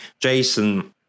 Jason